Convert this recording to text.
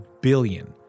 billion